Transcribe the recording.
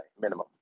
minimum